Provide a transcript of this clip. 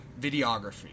videography